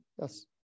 yes